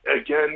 again